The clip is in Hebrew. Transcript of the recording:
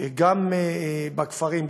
גם בכפרים,